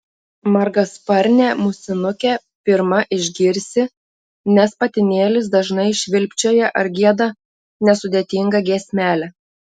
margasparnę musinukę pirma išgirsi nes patinėlis dažnai švilpčioja ar gieda nesudėtingą giesmelę